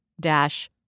dash